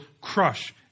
crush